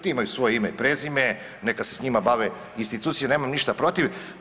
Ti imaju svoje ime i prezime neka se s njima bave institucije nemam ništa protiv.